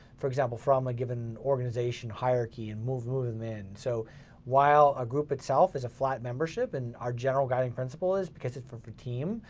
for example, from a given organization hierarchy and move move them in, so while a group itself, is a flat membership and our general guiding principle is because it's for for team.